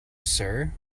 sir